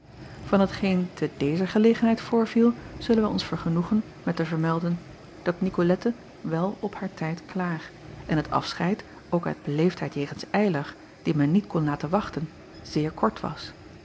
an hetgeen te dezer gelegenheid voorviel zullen wij ons vergenoegen met te vermelden dat icolette wel op haar tijd klaar en het afscheid ook uit beleefdheid jegens ylar dien men niet kon laten wachten zeer kort was